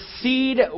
seed